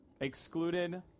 Excluded